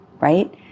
right